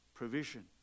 provision